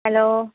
hello